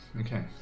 Okay